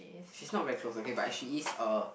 she's not very close okay but she is a